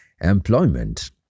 employment